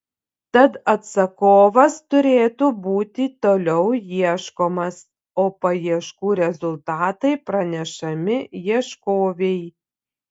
tad atsakovas turėtų būti toliau ieškomas o paieškų rezultatai pranešami ieškovei